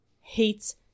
hates